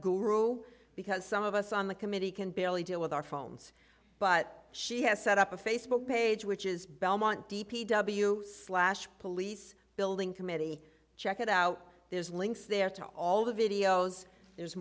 guru because some of us on the committee can barely deal with our phones but she has set up a facebook page which is belmont d p w slash police building committee check it out there's links there to all the videos there's